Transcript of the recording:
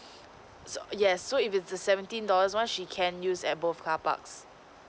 so yes so if it's a seventeen dollars one she can use at both carparks